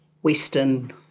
Western